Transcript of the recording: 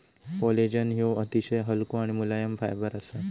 collagen ह्यो अतिशय हलको आणि मुलायम फायबर असा